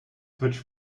switch